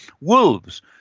Wolves